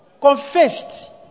Confessed